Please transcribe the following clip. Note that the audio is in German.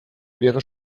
wäre